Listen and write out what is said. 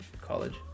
college